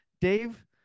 dave